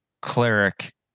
cleric